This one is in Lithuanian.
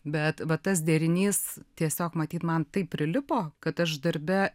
bet vat tas derinys tiesiog matyt man taip prilipo kad aš darbe